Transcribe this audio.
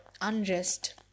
unrest